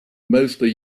mostly